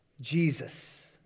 Jesus